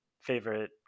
favorite